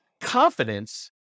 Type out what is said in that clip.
confidence